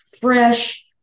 fresh